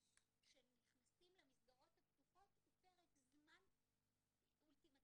שנכנסים למסגרות הפתוחות הוא פרק זמן אולטימטיבי,